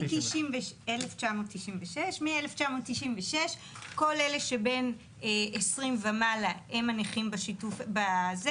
מ-1996 כל אלה שבין 20 ומעלה הם הנכים באגף,